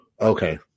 Okay